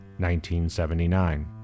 1979